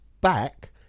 back